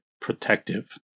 protective